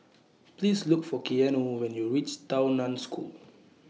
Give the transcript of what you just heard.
Please Look For Keanu when YOU REACH Tao NAN School